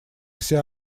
все